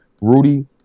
Rudy